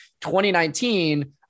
2019